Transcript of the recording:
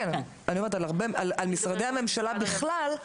אני אומרת על משרדי הממשלה בכלל,